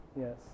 Yes